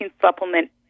supplement